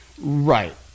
right